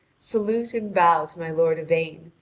salute and bow to my lord yvain,